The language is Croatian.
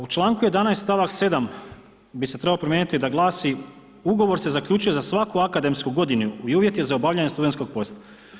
U članku 11. stavak 7. bi se trebao promijeniti da glasi: „Ugovor se zaključuje za svaku akademsku godinu i uvjet je za obavljanje studentskog posla“